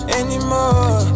anymore